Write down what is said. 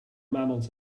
mammals